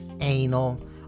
anal